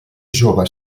jove